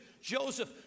Joseph